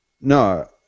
No